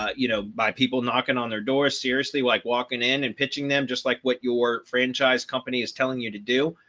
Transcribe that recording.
ah you know, by people knocking on their door seriously, like walking in and pitching them just like what your franchise company is telling you to do.